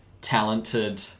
talented